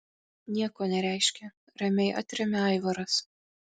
nieko nereiškia ramiai atremia aivaras